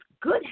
good